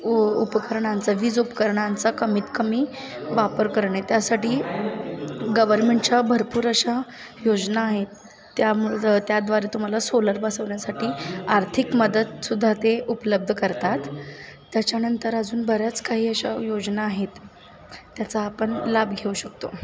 उ उपकरणांचा वीज उपकरणांचा कमीत कमी वापर करणे त्यासाठी गव्हर्मेंटच्या भरपूर अशा योजना आहेत त्यामुळं त्याद्वारे तुम्हाला सोलर बसवण्यासाठी आर्थिक मदतसुद्धा ते उपलब्ध करतात त्याच्यानंतर अजून बऱ्याच काही अशा योजना आहेत त्याचा आपण लाभ घेऊ शकतो